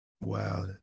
Wow